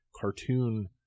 cartoon